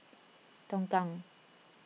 Tongkang